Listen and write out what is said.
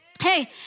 Hey